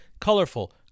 colorful